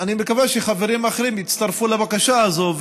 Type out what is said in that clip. אני מקווה שחברים אחרים יצטרפו לבקשה הזאת,